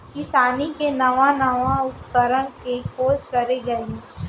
किसानी के नवा नवा उपकरन के खोज करे गए हे